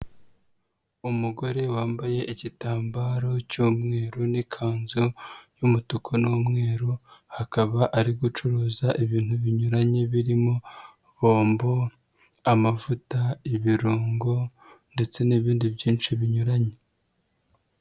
Umugore wambaye igitambaro cy'umweru n'ikanzu y'umutuku n'umweru, akaba ari gucuruza ibintu binyuranye birimo bombo, amavuta, ibirungo ndetse n'ibindi byinshi binyuranye.